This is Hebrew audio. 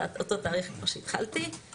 אותו התאריך שבו התחלתי.